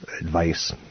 advice